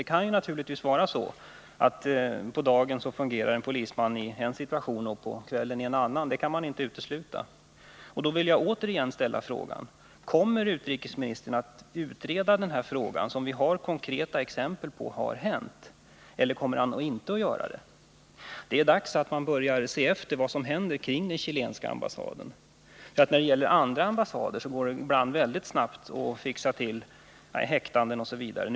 Det kan ju naturligtvis vara så, att en polisman på dagen fungerar i en situation och på kvällen en annan. Det är något som man inte kan utesluta. Här vill jag återigen ställa frågan: Kommer justitieministern att utreda det här ärendet — vi har konkreta bevis för att händelserna verkligen har inträffat — eller kommer han inte att göra det? Det är dags att börja se efter vad som händer kring den chilenska ambassaden. När det gäller andra ambassader går det ibland väldigt snabbt att ingripa med häktning osv.